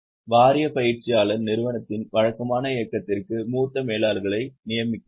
வாரிய பயிற்சியாளர் நிறுவனத்தின் வழக்கமான இயக்கத்திற்கு மூத்த மேலாளர்களை நியமிக்கிறார்